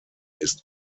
ist